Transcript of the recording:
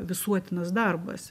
visuotinas darbas